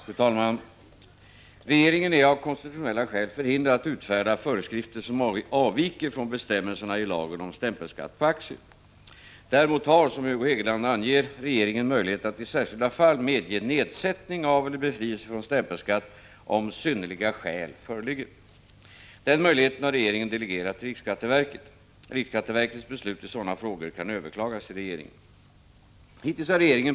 Fru talman! Regeringen är av konstitutionella skäl förhindrad att utfärda föreskrifter som avviker från bestämmelserna i lagen om stämpelskatt på aktier. Däremot har, som Hugo Hegeland anger, regeringen möjlighet att i särskilda fall medge nedsättning av eller befrielse från stämpelskatt, om synnerliga skäl föreligger. Denna möjlighet har regeringen delegerat till riksskatteverket. Riksskatteverkets beslut i sådana frågor kan överklagas till Prot. 1985/86:45 regeringen.